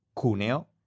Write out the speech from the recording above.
Cuneo